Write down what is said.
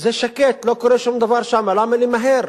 זה שקט, לא קורה שום דבר שם, למה למהר?